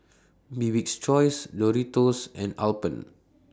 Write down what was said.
Bibik's Choice Doritos and Alpen